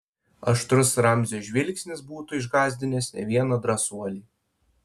aštrus ramzio žvilgsnis būtų išgąsdinęs ne vieną drąsuolį